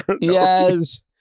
yes